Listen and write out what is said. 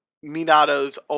Minato's